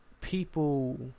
People